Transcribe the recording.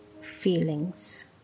feelings